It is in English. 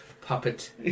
puppet